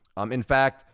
um in fact,